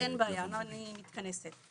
אין בעיה, אני מתכנסת.